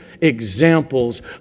examples